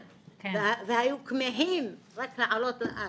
היו כמהים רק לעלות לארץ,